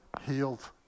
healed